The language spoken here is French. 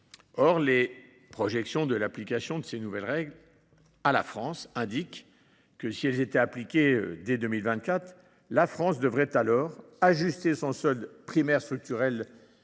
Or les projections de l’application de ces nouvelles règles à la France montrent que, si elles étaient mises en œuvre dès 2024, la France devrait ajuster son solde primaire structurel de